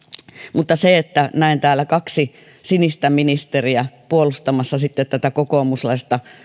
mutta se että näen täällä kaksi sinistä ministeriä puolustamassa sitten tätä kokoomuslaista